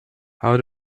how